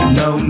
no